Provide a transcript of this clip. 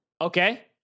Okay